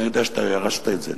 ואני יודע שאתה ירשת את זה.